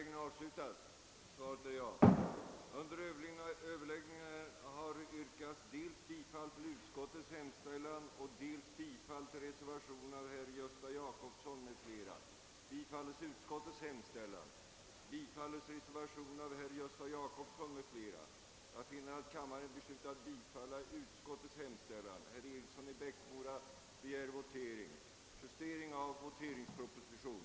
i skrivelse till Kungl. Maj:t begära skyndsam utredning av frågan om en allmän öppen resultatutjämning genom en kontometod.